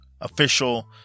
official